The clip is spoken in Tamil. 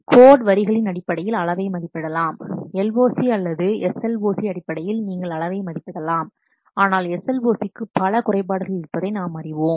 கோட் வரிகளின் அடிப்படையில் அளவை மதிப்பிடலாம் LOC அல்லது SLOC அடிப்படையில் நீங்கள் அளவை மதிப்பிடலாம் ஆனால் SLOC க்கு பல குறைபாடுகள் இருப்பதை நாம் அறிவோம்